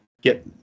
get